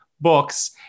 books